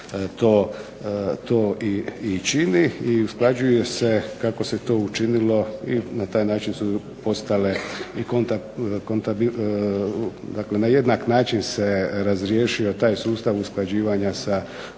to i čini i usklađuje se kako se to učinilo i na taj način su postale i, dakle na jednak način se razriješio taj sustav usklađivanja sa propisima